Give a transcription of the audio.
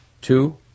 Two